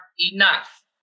enough